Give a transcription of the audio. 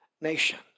nation